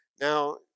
Now